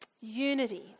unity